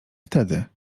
wtedy